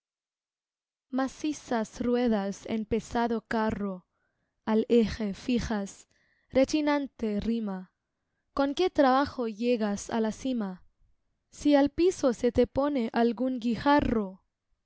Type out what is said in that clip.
macizas ruedas en pesado carro al eje fijas rechinante rima con qué trabajo llegas á la cima si al piso se te pone algún guijarro